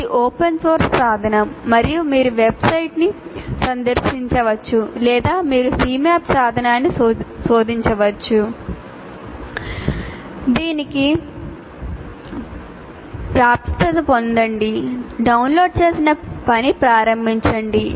ఇది open source సాధనం మరియు మీరు వెబ్సైట్ను సందర్శించవచ్చు లేదా మీరు Cmap సాధనాన్ని శోధించవచ్చు దానికి ప్రాప్యత పొందండి డౌన్లోడ్ చేసి పని ప్రారంభించండి